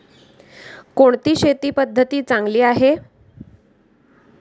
कोणती शेती पद्धती चांगली आहे?